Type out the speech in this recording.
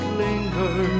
linger